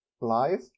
live